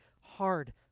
hard